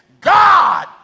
God